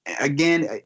Again